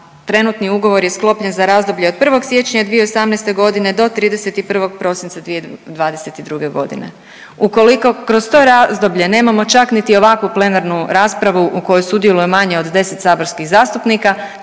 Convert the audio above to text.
trenutni ugovor je sklopljen za razdoblje od 1. siječnja 2018. g. do 31. prosinca 2022. g. Ukoliko kroz to razdoblje nemamo čak niti ovakvu plenarnu raspravu u kojoj sudjeluje manje od 10 saborskih zastupnika,